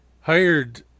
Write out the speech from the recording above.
hired